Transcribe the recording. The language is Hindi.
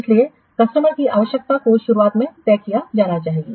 इसलिए कस्टमर की आवश्यकता को शुरुआत में तय किया जाना चाहिए